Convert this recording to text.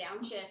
downshift